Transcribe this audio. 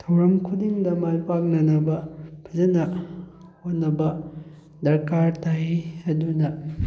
ꯊꯧꯔꯝ ꯈꯨꯗꯤꯡꯗ ꯃꯥꯏ ꯄꯥꯛꯅꯅꯕ ꯐꯖꯅ ꯍꯣꯠꯅꯕ ꯗꯔꯀꯥꯔ ꯇꯥꯏ ꯑꯗꯨꯅ